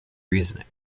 reasoning